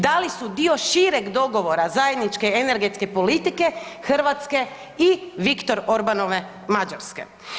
Da li su dio šireg dogovora zajedničke energetske politike Hrvatske i Viktor Orbanove Mađarske?